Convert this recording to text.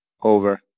Over